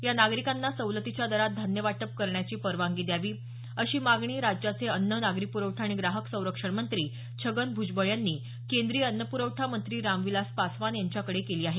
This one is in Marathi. या नागरिकांना सवलतीच्या दरात धान्य वाटप करण्याची परवानगी द्यावी अशी मागणी राज्याचे अन्न नागरी पुरवठा आणि ग्राहक संरक्षण मंत्री छगन भ्जबळ यांनी केंद्रीय अन्न प्रवठा मंत्री रामविलास पासवान यांच्याकडे केली आहे